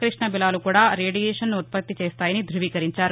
కృష్ణబిలాలు కూడా రేడియేషన్ను ఉత్పత్తి చేస్తాయని ధృవీకరించారు